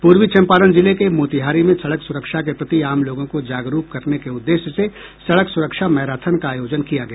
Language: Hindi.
पूर्वी चंपारण जिले के मोतिहारी में सड़क सुरक्षा के प्रति आम लोगों को जागरूक करने के उद्देश्य से सड़क सुरक्षा मैराथन का आयोजन किया गया